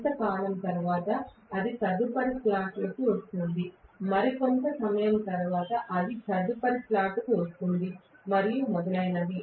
కొంతకాలం తర్వాత అది తదుపరి స్లాట్కు వస్తోంది మరికొంత సమయం తరువాత అది తదుపరి స్లాట్కు వస్తుంది మరియు మొదలగునవి